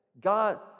God